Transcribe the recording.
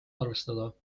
arvestada